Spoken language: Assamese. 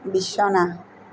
বিছনা